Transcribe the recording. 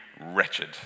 wretched